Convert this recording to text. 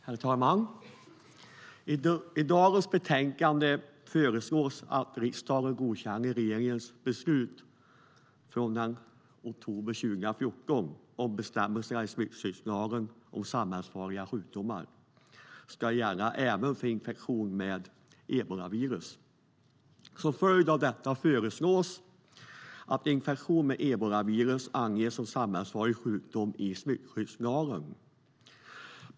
Herr talman! I dagens betänkande föreslås att riksdagen godkänner regeringens beslut från oktober 2014 om att bestämmelserna i smittskyddslagen om samhällsfarliga sjukdomar ska gälla även för infektion med ebolavirus. Som en följd av detta föreslås att infektion med ebolavirus ska anges som en samhällsfarlig sjukdom i smittskyddslagen.